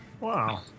wow